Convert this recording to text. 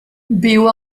viu